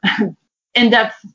in-depth